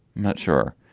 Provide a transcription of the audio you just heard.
not sure.